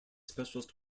specialist